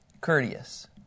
courteous